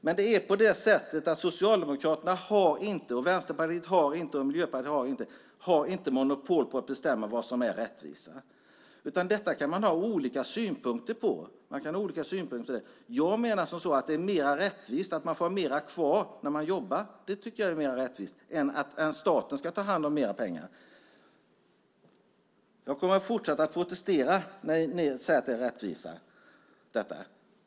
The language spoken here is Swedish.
Men Socialdemokraterna, Vänsterpartiet och Miljöpartiet har inte monopol på att bestämma vad som är rättvisa, utan det kan man ha olika synpunkter på. Jag menar att det är mer rättvist att få behålla mer när man jobbar. Det är mer rättvist än att staten ska ta hand om mer pengar. Jag kommer att fortsätta att protestera när ni säger att det är rättvisa.